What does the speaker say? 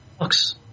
books